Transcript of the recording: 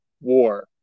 war